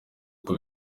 uko